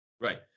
Right